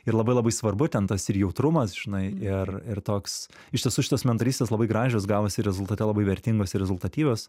ir labai labai svarbu ten tas ir jautrumas žinai ir ir toks iš tiesų šitos mentorystės labai gražios gavosi ir rezultate labai vertingos ir rezultatyvios